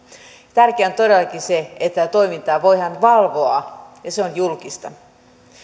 on todellakin se että tätä toimintaa voidaan valvoa ja se on julkista